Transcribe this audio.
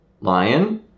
Lion